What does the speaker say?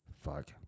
fuck